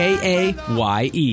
K-A-Y-E